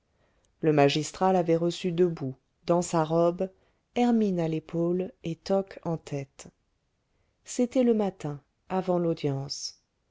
le magistrat l'avait reçu debout dans sa robe hermine à l'épaule et toque en tête c'était le matin avant l'audience